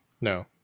No